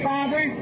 Father